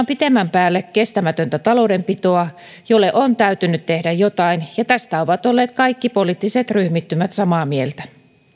pitemmän päälle kestämätöntä taloudenpitoa jolle on täytynyt tehdä jotain ja tästä ovat olleet kaikki poliittiset ryhmittymät samaa mieltä